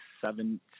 seven